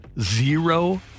zero